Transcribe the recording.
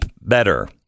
better